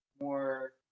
more